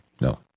No